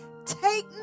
Take